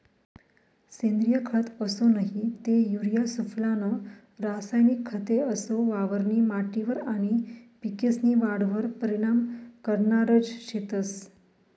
सेंद्रिय खत असो नही ते युरिया सुफला नं रासायनिक खते असो वावरनी माटीवर आनी पिकेस्नी वाढवर परीनाम करनारज शेतंस